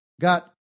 got